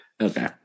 Okay